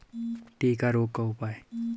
टिक्का रोग का उपाय?